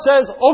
says